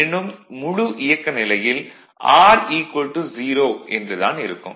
எனினும் முழு இயக்க நிலையில் R 0 என்று தான் இருக்கும்